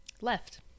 left